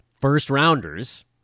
first-rounders